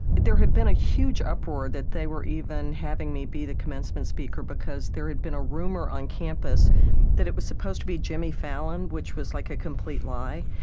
there had been a huge uproar that they were even having me be the commencement speaker, because there had been a rumor on campus that it was supposed to be jimmy fallon, which was like a complete lie.